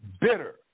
bitter